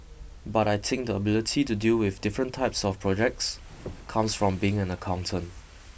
but I think the ability to deal with different types of projects comes from being an accountant